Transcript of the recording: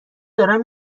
دارن